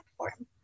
platform